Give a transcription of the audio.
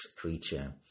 creature